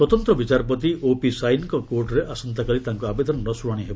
ସ୍ୱତନ୍ତ୍ର ବିଚାରପତି ଓପି ସାଇନିଙ୍କ କୋର୍ଟରେ ଆସନ୍ତାକାଲି ତାଙ୍କ ଆବେଦନର ଶୁଶାଶି ହେବ